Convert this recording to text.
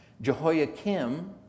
Jehoiakim